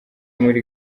muri